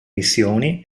missioni